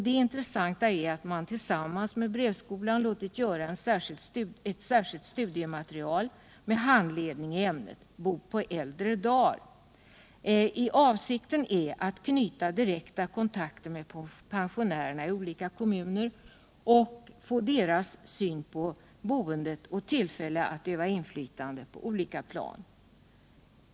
Det intressanta är att man tillsammans med Brevskolan låtit göra ett särskilt studiematerial med handledning i ämnet Bo på äldre dar. Avsikten är att knyta direkta kontakter med pensionärerna i olika kommuner och att få deras syn på boendet samt att få tillfälle att utöva inflytande på olika plan.